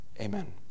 Amen